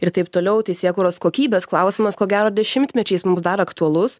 ir taip toliau teisėkūros kokybės klausimas ko gero dešimtmečiais mums dar aktualus